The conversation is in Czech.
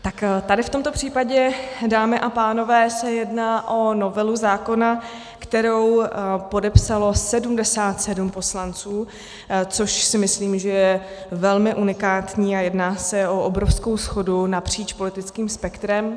Tak tady v tomto případě, dámy a pánové, se jedná o novelu zákona, kterou podepsalo 77 poslanců, což si myslím, že je velmi unikátní a jedná se o obrovskou shodu napříč politickým spektrem.